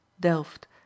Delft